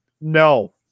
No